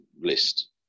list